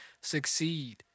succeed